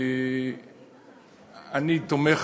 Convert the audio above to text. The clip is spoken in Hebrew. אני תומך